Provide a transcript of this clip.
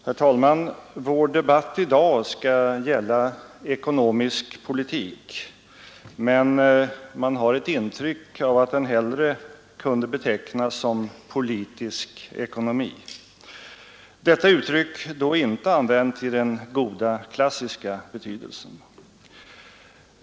Herr talman! Vår debatt i dag skall gälla ekonomisk politik, men man har ett intryck av att den hellre kan betecknas som politisk ekonomi — detta uttryck då inte använt i den goda klassiska betydelsen.